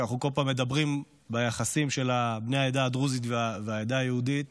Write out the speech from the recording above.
בכך שביחסים של בני העדה הדרוזית והעדה היהודית